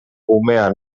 umea